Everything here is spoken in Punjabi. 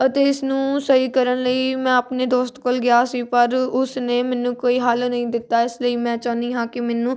ਅਤੇ ਇਸ ਨੂੰ ਸਹੀ ਕਰਨ ਲਈ ਮੈਂ ਆਪਣੇ ਦੋਸਤ ਕੋਲ ਗਿਆ ਸੀ ਪਰ ਉਸ ਨੇ ਮੈਨੂੰ ਕੋਈ ਹੱਲ ਨਹੀਂ ਦਿੱਤਾ ਇਸ ਲਈ ਮੈਂ ਚਾਹੁੰਦੀ ਹਾਂ ਕਿ ਮੈਨੂੰ